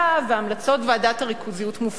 והמלצות ועדת הריכוזיות מופרכות.